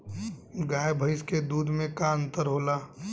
गाय भैंस के दूध में का अन्तर होला?